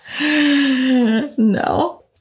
No